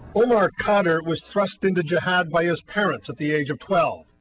omar khadr was thrust into jihad by his parents at the age of twelve,